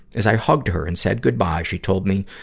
as i hugged her and said goodbye, she told me,